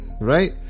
Right